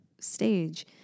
Stage